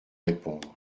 répondre